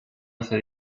once